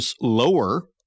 lower